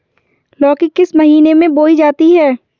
लौकी किस महीने में बोई जाती है?